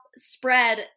spread